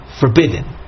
forbidden